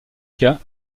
cas